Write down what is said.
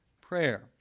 prayer